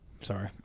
Sorry